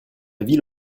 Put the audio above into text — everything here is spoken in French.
ville